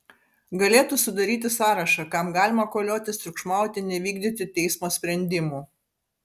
galėtų sudaryti sąrašą kam galima koliotis triukšmauti nevykdyti teismo sprendimų